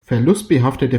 verlustbehaftete